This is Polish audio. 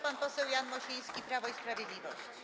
Pan poseł Jan Mosiński, Prawo i Sprawiedliwość.